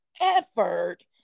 effort